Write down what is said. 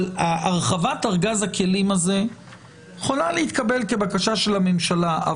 אבל הרחבת ארגז הכלים הזה יכולה להתקבל כבקשה של הממשלה.